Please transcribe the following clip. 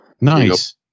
Nice